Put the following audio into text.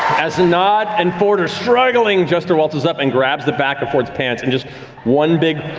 as nott and fjord are struggling, jester waltzes up and grabs the back of fjord's pants and just one big